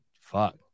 fuck